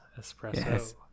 espresso